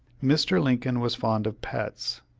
mr. lincoln was fond of pets.